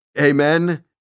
Amen